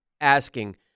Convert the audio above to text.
asking